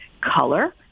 Color